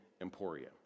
emporia